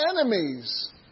enemies